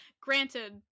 Granted